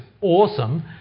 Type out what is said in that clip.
awesome